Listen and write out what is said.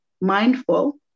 mindful